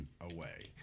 away